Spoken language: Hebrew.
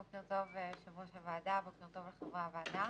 בוקר טוב, יושב-ראש הוועדה וחברי הוועדה,